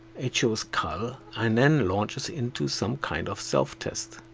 it shows cal and then launches into some kind of self test.